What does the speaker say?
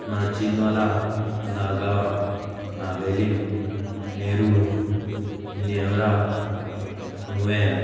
Nachinola Nagoa Navelim Nerul Neura Nuvem